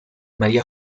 maría